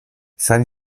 san